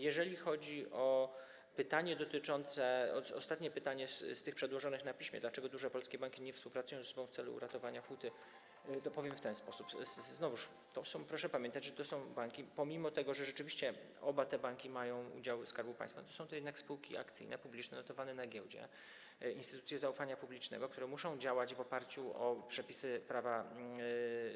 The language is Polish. Jeżeli chodzi o ostatnie pytanie z tych przedłożonych na piśmie: „Dlaczego duże polskie banki nie współpracują ze sobą w celu ratowania huty?”, powiem w ten sposób: znowuż proszę pamiętać, że to są banki - pomimo że rzeczywiście w obu tych bankach ma udziały Skarb Państwa, są to jednak spółki akcyjne, publiczne, notowane na giełdzie, instytucje zaufania publicznego, które muszą działać w oparciu o przepisy Prawa